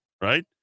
right